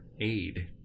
aid